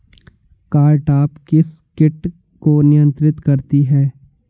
Cartap किस किट को नियंत्रित करती है?